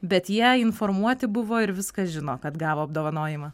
bet jie informuoti buvo ir viską žino kad gavo apdovanojimą